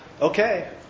okay